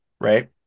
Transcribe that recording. right